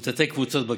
בקרן לתת-קבוצות.